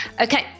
Okay